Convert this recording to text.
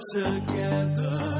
together